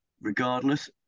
regardless